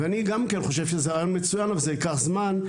ואני גם כן חושב שזה רעיון מצוין אבל זה ייקח זמן,